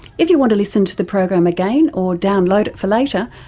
if you want to listen to the program again or download it for later,